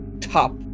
top